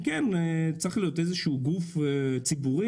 צריך להיות איזה שהוא גוף ציבורי,